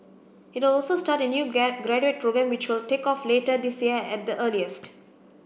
it will also start a new graduate programme which will take off later this year at the earliest